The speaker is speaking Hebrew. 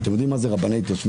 אתם יודעים מה זה רבני התיישבות?